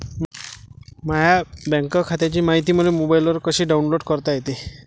माह्या बँक खात्याची मायती मले मोबाईलवर कसी डाऊनलोड करता येते?